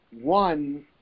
one